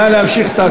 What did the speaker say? נא להמשיך את ההצבעה.